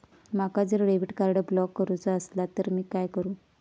माका जर debit card block करूचा असला तर मी काय करू?